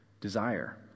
desire